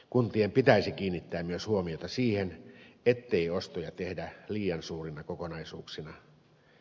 kuntien pitäisi kiinnittää myös huomiota siihen ettei ostoja tehdä liian suurina kokonaisuuksina